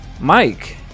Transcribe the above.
Mike